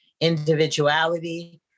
individuality